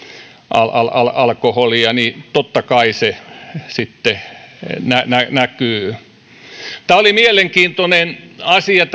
alkoholia joten totta kai se sitten näkyy tämä viittaus kestävyysvajeeseen oli mielenkiintoinen asia